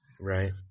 Right